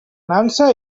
nansa